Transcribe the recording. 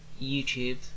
YouTube